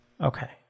Okay